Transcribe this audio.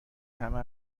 همه